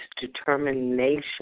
determination